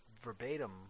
Verbatim